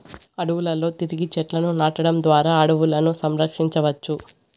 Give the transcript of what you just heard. అడవులలో తిరిగి చెట్లను నాటడం ద్వారా అడవులను సంరక్షించవచ్చు